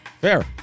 Fair